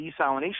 desalination